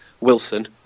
Wilson